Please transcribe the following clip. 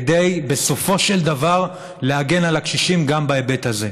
כדי בסופו של דבר להגן על הקשישים גם בהיבט הזה.